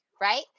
right